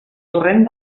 torrent